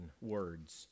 words